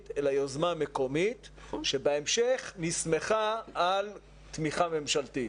אלא יוזמה מקומית שבהמשך נסמכה על תמיכה ממשלתית.